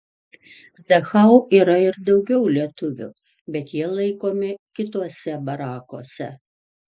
dachau yra ir daugiau lietuvių bet jie laikomi kituose barakuose